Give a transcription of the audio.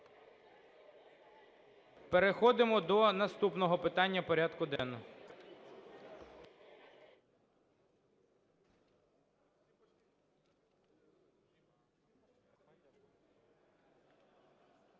Переходимо до наступного питання порядку денного.